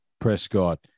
Prescott